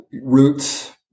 roots